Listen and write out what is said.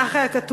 כך היה כתוב.